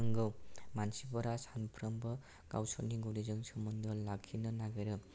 नंगौ मानसिफोरा सानफ्रोमबो गावसोरनि गुदिजों सोमोनदो लाखिनो नागिरो